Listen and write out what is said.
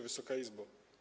Wysoka Izbo!